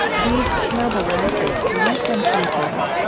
these terrible losses led them to each other,